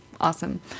awesome